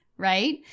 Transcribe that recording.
right